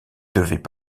devaient